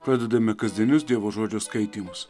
pradedame kasdienius dievo žodžio skaitymus